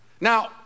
Now